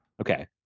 Okay